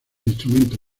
instrumento